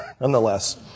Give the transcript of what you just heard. nonetheless